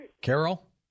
Carol